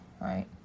right